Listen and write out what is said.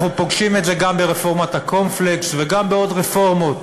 אנחנו פוגשים את זה גם ברפורמת הקורנפלקס וגם בעוד רפורמות,